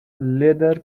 leather